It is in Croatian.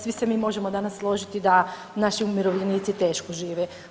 Svi se mi možemo danas složiti da naši umirovljenici teško žive.